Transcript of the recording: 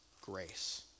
grace